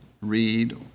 read